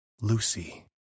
Lucy